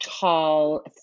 tall